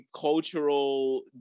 cultural